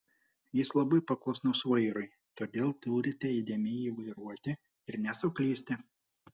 jis labai paklusnus vairui todėl turite įdėmiai jį vairuoti ir nesuklysti